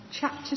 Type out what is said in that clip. chapter